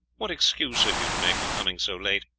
what excuse have you to make for coming so late?